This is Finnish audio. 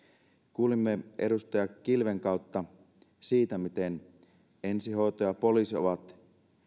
kuulimme edustaja kilven kautta siitä miten ensihoito ja poliisi ovat